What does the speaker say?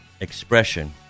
expression